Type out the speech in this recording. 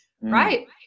right